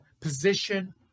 position